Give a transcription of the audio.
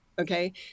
Okay